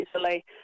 easily